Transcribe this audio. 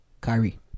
Kyrie